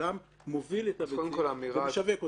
כשאדם מוביל את הביצים ומשווק אותן.